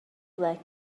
ble